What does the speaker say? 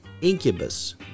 Incubus